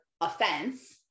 offense